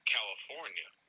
California